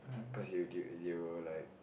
cause they'd they they will like